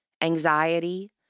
anxiety